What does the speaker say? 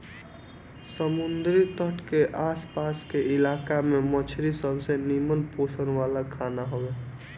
समुंदरी तट के आस पास के इलाका में मछरी सबसे निमन पोषण वाला खाना हवे